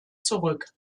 zurück